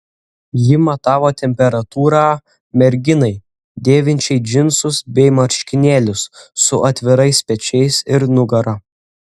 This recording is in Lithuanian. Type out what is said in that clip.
ji matavo temperatūrą merginai dėvinčiai džinsus bei marškinėlius su atvirais pečiais ir nugara